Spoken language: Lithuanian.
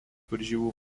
varžybų